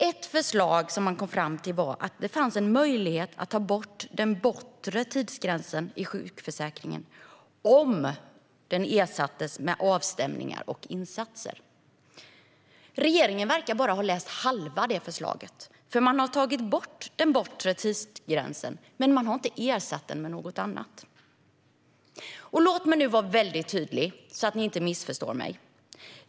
Ett förslag som utredningen kom fram till var att det skulle vara möjligt att ta bort den bortre tidsgränsen i sjukförsäkringen om den ersattes med avstämningar och insatser. Regeringen verkar bara ha läst halva det förslaget. Man har tagit bort den bortre tidsgränsen, men man har inte ersatt den med något annat. Låt mig vara väldigt tydlig så att ni inte missförstår mig.